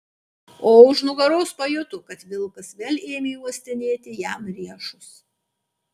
o už nugaros pajuto kad vilkas vėl ėmė uostinėti jam riešus